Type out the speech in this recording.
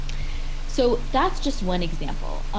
so that's just one example.